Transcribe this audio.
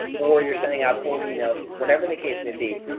or you're sending out cold emails, whatever the case may be.